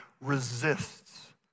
resists